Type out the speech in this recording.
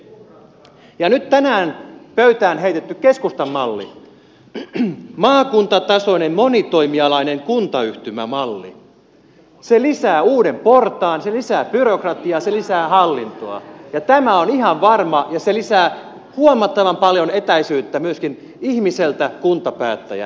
nyt tänään pöytään heitetty keskustan malli maakuntatasoinen monitoimialainen kuntayhtymämalli lisää uuden portaan se lisää byrokratiaa se lisää hallintoa ja tämä on ihan varma ja se lisää huomattavan paljon etäisyyttä myöskin ihmiseltä kuntapäättäjään jatkossa